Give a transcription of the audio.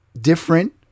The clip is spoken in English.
different